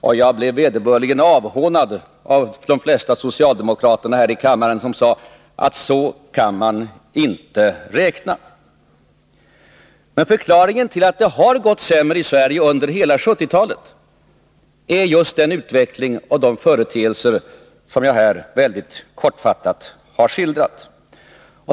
Och jag blev vederbörligen avhånad av de flesta socialdemokraterna här i kammaren som sade att så kan man inte räkna. Men förklaringen till att det har gått sämre i Sverige under hela 1970-talet är just den utveckling och de företeelser som jag här kortfattat har skildrat.